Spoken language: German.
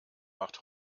macht